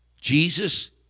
Jesus